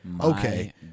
Okay